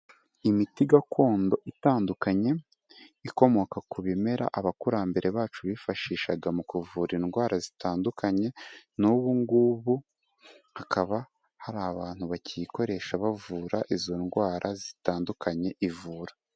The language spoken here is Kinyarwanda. Imiti gakondo itandukanye, ikomoka ku bimera abakurambere bacu bifashishaga mu kuvura indwara zitandukanye, n'ubu ngubu hakaba hari abantu bakiyikoresha bavura izo ndwara zitandukanye ivura.